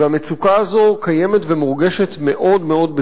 והמצוקה הזאת קיימת ומורגשת מאוד מאוד,